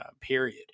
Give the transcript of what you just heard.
period